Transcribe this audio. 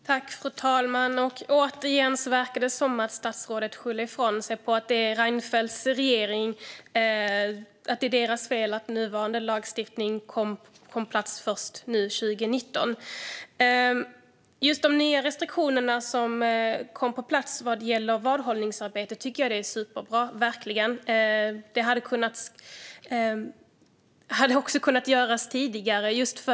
Fru talman! Återigen verkar det som att statsrådet skyller ifrån sig. Han säger att det är Reinfeldts regerings fel att nuvarande lagstiftning kom på plats först 2019. De nya restriktioner som kom på plats vad gäller vadhållningsarbetet tycker jag verkligen är superbra. Men detta hade kunnat göras tidigare.